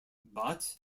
but